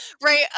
Right